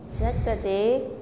Yesterday